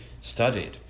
studied